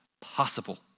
possible